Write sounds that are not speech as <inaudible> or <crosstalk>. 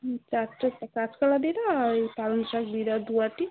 হুম <unintelligible> কাঁচকলা দিয়ে দাও আর ওই পালং শাক দিয়ে দাও দু আঁটি